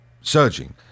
surging